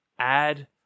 Add